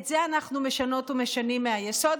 את זה אנחנו משנות ומשנים מהיסוד,